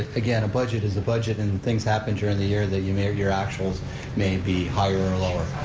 again, a budget is a budget and things happen during the year that you may, ah your actuals may be higher or lower.